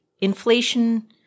Inflation